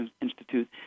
Institute